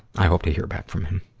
i hope to hear back from him.